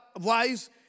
Wise